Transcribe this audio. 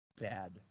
bad